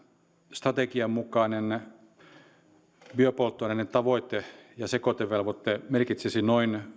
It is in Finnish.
strategian mukainen biopolttoaineiden tavoite ja sekoitevelvoite merkitsisi noin